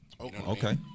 okay